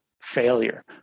failure